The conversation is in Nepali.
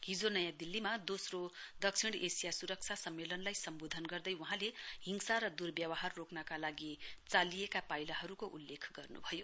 हिजो नयाँ दिल्लीमा दोस्रो दक्षिण एशिया स्रक्षा सम्मेलनलाई सम्बोधन गर्दै वहाँले हिंसा र दुर्व्यवहार रोक्नका लागि चालिएका पाइलाहरूको उल्लेख गर्न्भयो